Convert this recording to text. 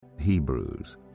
Hebrews